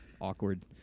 awkward